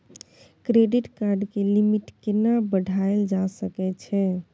Credit card के limit केना बढायल जा सकै छै?